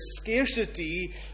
scarcity